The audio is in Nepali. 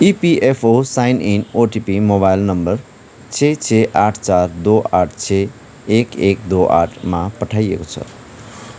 EPFO sign in OTP mobile number छ छ आठ चार दो आठ छ एक एक दो आठमा पठाइएको छ